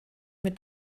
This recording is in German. mit